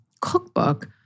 cookbook